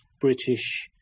British